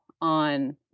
on